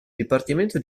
dipartimento